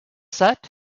set